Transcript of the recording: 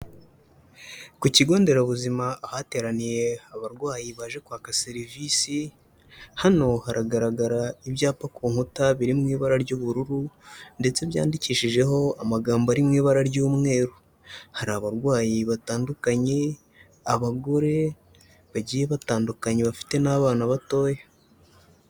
Ku kigo nderabuzima ahateraniye abarwayi baje kwaka serivisi, hano haragaragara ibyapa ku nkuta biri mu ibara ry'ubururu ndetse byandikishijeho amagambo ari mu ibara ry'umweru, hari abarwayi batandukanye, abagore bagiye batandukanye bafite n'abana batoya.